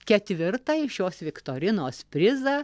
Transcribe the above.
ketvirtąjį šios viktorinos prizą